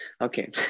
Okay